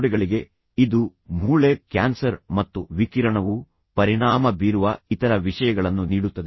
ತೊಡೆಗಳಿಗೆ ಇದು ಮೂಳೆ ಕ್ಯಾನ್ಸರ್ ಮತ್ತು ವಿಕಿರಣವು ಪರಿಣಾಮ ಬೀರುವ ಇತರ ವಿಷಯಗಳನ್ನು ನೀಡುತ್ತದೆ